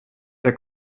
der